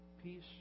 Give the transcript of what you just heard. peace